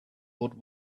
would